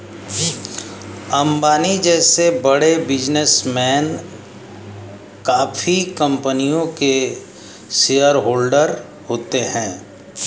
अंबानी जैसे बड़े बिजनेसमैन काफी कंपनियों के शेयरहोलडर होते हैं